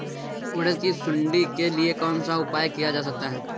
उड़द की सुंडी के लिए कौन सा उपाय किया जा सकता है?